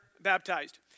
baptized